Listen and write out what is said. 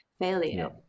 failure